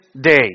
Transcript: day